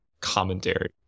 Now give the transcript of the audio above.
commentary